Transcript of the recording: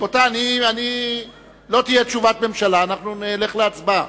רבותי, לא תהיה תשובת ממשלה, אנחנו נלך להצבעה.